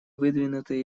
выдвинуты